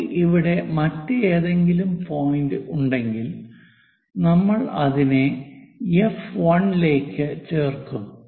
നമുക്ക് ഇവിടെ മറ്റേതെങ്കിലും പോയിന്റ് ഉണ്ടെങ്കിൽ നമ്മൾ അതിനെ എഫ് 1 ലേക്ക് ചേർക്കും